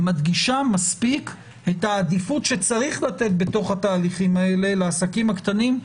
מדגישה מספיק את העדיפות שצריך לתת בתהליכים האלה לעסקים הקטנים.